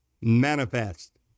manifest